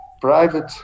private